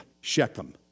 Shechem